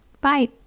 Bye